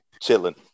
chilling